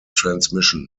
transmission